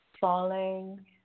falling